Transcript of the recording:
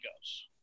goes